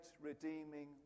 redeeming